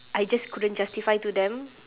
I just couldn't justify to them